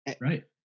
right